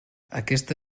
aquesta